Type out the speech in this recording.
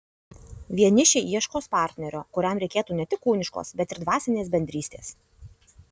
vienišiai ieškos partnerio kuriam reikėtų ne tik kūniškos bet ir dvasinės bendrystės